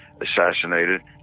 assassinated